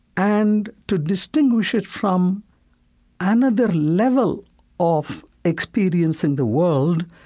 and to distinguish it from another level of experience in the world,